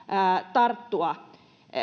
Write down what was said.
tarttua